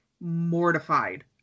mortified